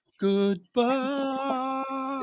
goodbye